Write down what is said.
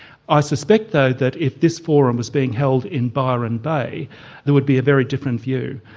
i suspect though that if this forum was being held in byron bay there would be a very different view.